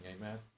Amen